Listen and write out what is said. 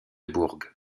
burg